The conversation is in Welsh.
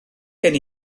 gen